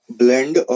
blend